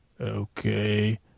Okay